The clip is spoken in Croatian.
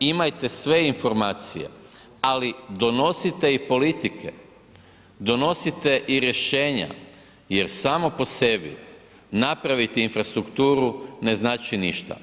Imajte sve informacije, ali donosite i politike, donosite i rješenja jer samo po sebi napraviti infrastrukturu ne znači ništa.